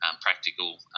practical